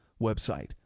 website